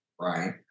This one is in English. right